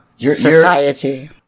society